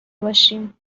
باشیم